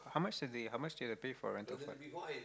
how much is the how much is the pay for rental side